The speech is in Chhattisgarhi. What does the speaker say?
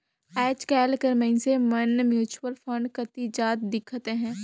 आएज काएल कर मइनसे मन म्युचुअल फंड कती जात दिखत अहें